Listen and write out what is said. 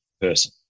person